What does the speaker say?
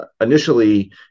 initially